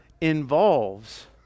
involves